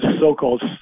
so-called